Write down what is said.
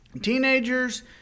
teenagers